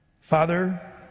Father